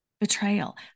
betrayal